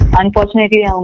unfortunately